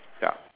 ya